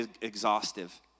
exhaustive